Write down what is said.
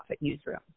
newsroom